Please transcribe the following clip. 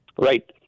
Right